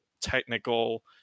technical